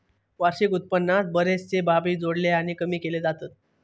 वार्षिक उत्पन्नात बरेचशे बाबी जोडले आणि कमी केले जातत